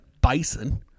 bison